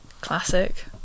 classic